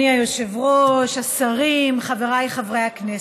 אדוני היושב-ראש, השרים, חבריי חברי הכנסת,